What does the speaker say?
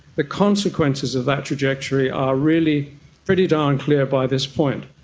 the consequences of that trajectory are really pretty darn clear by this point,